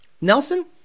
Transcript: Nelson